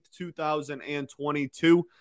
2022